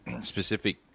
specific